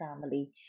family